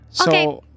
Okay